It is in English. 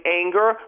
anger